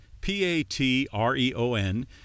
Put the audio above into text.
P-A-T-R-E-O-N